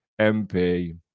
MP